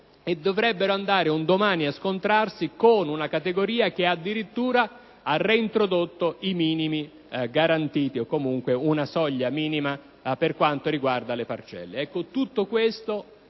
e dovrebbero andare un domani a scontrarsi con una categoria che ha addirittura reintrodotto i minimi garantiti o, comunque, una soglia minima per quanto riguarda le parcelle.